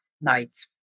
nights